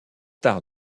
tard